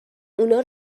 اونا